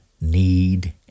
need